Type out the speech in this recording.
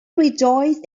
rejoiced